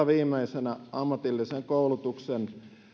viimeisenä ammatillisen koulutuksen